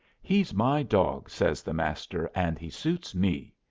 he's my dog, says the master, and he suits me!